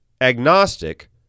agnostic